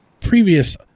previous